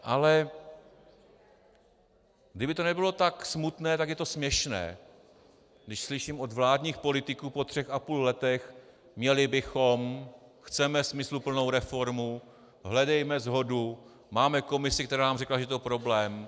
Ale kdyby to nebylo tak smutné, tak je to směšné, když slyším od vládních politiků po třech a půl letech: měli bychom, chceme smysluplnou reformu, hledejme shodu, máme komisi, která nám řekla, že to je problém.